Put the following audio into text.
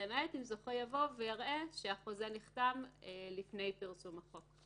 למעט אם זוכה יבוא ויראה שהחוזה נחתם לפני פרסום החוק.